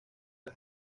las